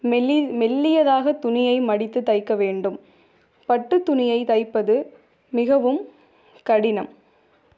மெல்லிய மெல்லியதாகத் துணியை மடித்துத் தைக்க வேண்டும் பட்டுத் துணியைத் தைப்பது மிகவும் கடினம்